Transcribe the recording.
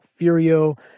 Furio